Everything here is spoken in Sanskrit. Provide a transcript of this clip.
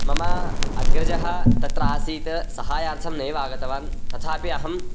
मम अग्रजः तत्र आसीत् सहायार्थं नैव आगतवान् तथापि अहं